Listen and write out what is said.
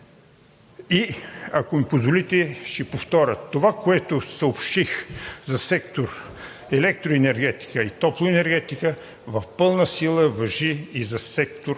Ако ми позволите, ще повторя – това, което съобщих за сектор „Електроенергетика и топлоенергетика“, в пълна сила важи и за сектор